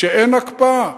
שאין הקפאה?